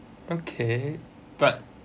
okay but